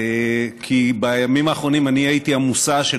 כי בימים האחרונים אני הייתי המושא של